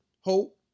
hope